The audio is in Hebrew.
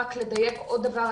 רק לדייק עוד דבר,